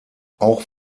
auch